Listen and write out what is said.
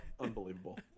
Unbelievable